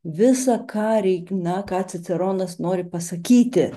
visa ką reik na ką ciceronas nori pasakyti